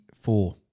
four